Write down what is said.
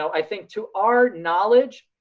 i think to our knowledge,